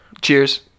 Cheers